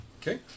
Okay